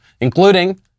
including